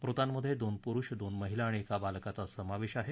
मृतांमध्ये दोन पुरुष दोन महिला आणि एका बालकाचा समावेश आहे